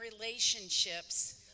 relationships